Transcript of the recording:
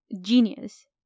genius